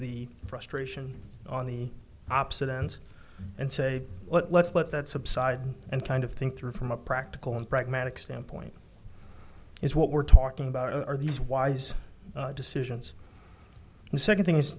the frustration on the opposite ends and say let's let that subside and kind of think through from a practical and pragmatic standpoint is what we're talking about are these wise decisions and second thing is